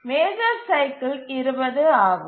major cycle 20 ஆகும்